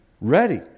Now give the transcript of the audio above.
ready